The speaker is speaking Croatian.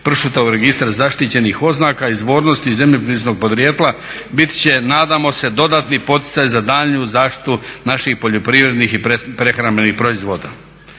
pršuta u Registar zaštićenih oznaka izvornosti i zemljopisnog podrijetla bit će nadamo se dodatni poticaj za daljnju zaštitu naših poljoprivrednih i prehrambenih proizvoda.